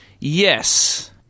Yes